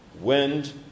Wind